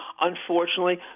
Unfortunately